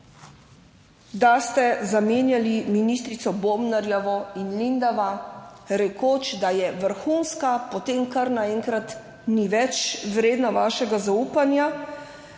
da ste zamenjali ministrico Bobnarjevo in Lendava rekoč, da je vrhunska, potem kar naenkrat ni več vredna vašega zaupanja.